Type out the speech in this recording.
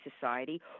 society